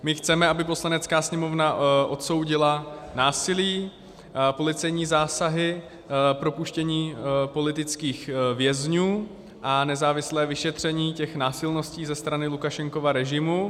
My chceme, aby Poslanecká sněmovna odsoudila násilí, policejní zásahy, propuštění politických vězňů a nezávislé vyšetření těch násilností ze strany Lukašenkova režimu.